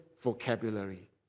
vocabulary